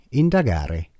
indagare